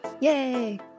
Yay